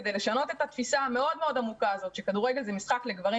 כדי לשנות את התפיסה המאוד עמוקה שכדורגל זה משחק לגברים